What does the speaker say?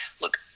look